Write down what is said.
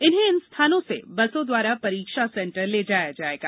इन स्थानों से बसों द्वारा परीक्षा सेंटर ले जाया जाएगा